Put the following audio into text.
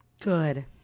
Good